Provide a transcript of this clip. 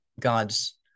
God's